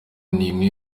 n’imwe